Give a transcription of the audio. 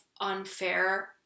unfair